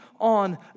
on